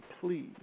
please